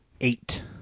eight